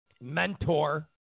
mentor